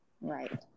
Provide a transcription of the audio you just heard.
right